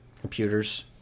computers